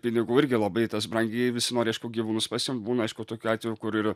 pinigų irgi labai tas brangiai visi nori aišku gyvūnus pasiimt būna aišku tokių atvejų kur ir